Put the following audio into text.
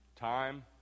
Time